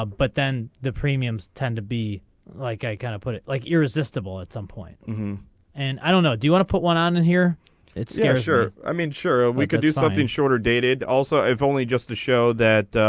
ah but then the premiums tend to be like i kind of put it like irresistible at some point mmhm and i don't know do you wanna put one on and here it scares her i mean sure we can do something shorter dated also if only just to show that.